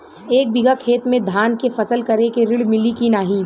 एक बिघा खेत मे धान के फसल करे के ऋण मिली की नाही?